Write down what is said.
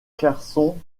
carson